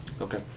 Okay